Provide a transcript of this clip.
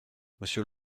monsieur